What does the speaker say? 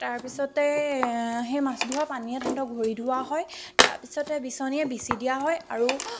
তাৰ পিছতে সেই মাছ ধোৱা পানীৰে তাহাঁতক ভৰি ধুওৱা হয় তাৰ পিছতে বিচনীৰে বিচি দিয়া হয় আৰু